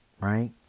right